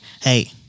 Hey